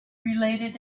related